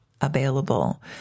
available